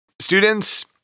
students